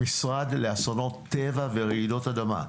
המשרד לאסונות טבע ורעידות אדמה.